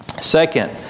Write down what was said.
Second